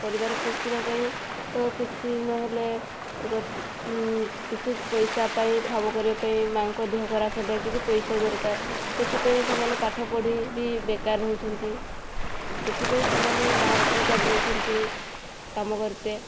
ପରିବାର ପୋଶିବା ପାଇଁ ତ କିଛି ନ ହେଲେ ଗୋ କିଛି ପଇସା ପାଇଁ ଠାବ କରିବା ପାଇଁ ମା ଙ୍କ ଦେହ ଖରାପ ହେଲେ କିଛି ପଇସା ଦରକାର ସେଥିପାଇଁ ସେମାନେ ପାଠ ପଢ଼ି ବି ବେକାର ହେଉଛନ୍ତି ସେଥିପାଇଁ ସେମାନେ ବାହାରକୁ ଚାଲି ଯାଉଛନ୍ତି କାମ କରିତେ